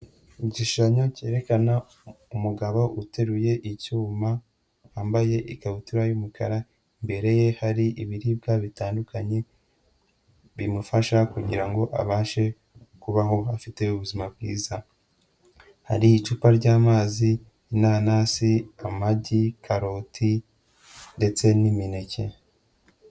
Igishushanyo cyerekana umugabo uteruye icyuma, wambaye ikabutura y'umukara, imbere ye hari ibiribwa bitandukanye, bimufasha kugira ngo abashe kubaho afite ubuzima bwiza, hari icupa ry'amazi, inanasi, amagi, karoti ndetse n'imineke.